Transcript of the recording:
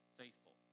faithful